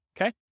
okay